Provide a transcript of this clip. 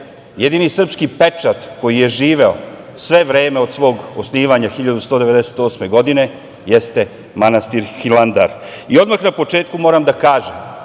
jedini srpski pečat koji je živeo sve vreme od svog osnivanja 1198. godine jeste manastir Hilandar. Odmah na početku moram da kažem,